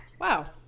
Wow